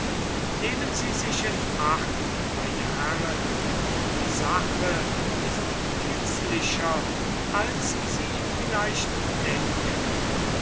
nehmen sie sich in acht meine herren die sache ist kitzlicher als sie vielleicht denken